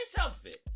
outfit